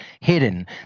hidden